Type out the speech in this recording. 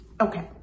okay